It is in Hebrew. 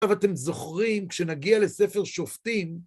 עכשיו אתם זוכרים, כשנגיע לספר שופטים,